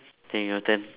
K your turn